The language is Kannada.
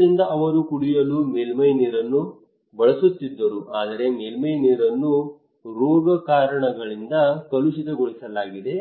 ಆದ್ದರಿಂದ ಅವರು ಕುಡಿಯಲು ಮೇಲ್ಮೈ ನೀರನ್ನು ಬಳಸುತ್ತಿದ್ದರು ಆದರೆ ಮೇಲ್ಮೈ ನೀರನ್ನು ರೋಗಕಾರಕಗಳಿಂದ ಕಲುಷಿತಗೊಳಿಸಲಾಗಿದೆ